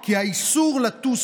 כי האיסור לטוס